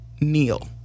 kneel